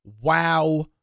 WoW